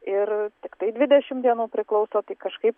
ir tiktai dvidešim dienų priklauso tai kažkaip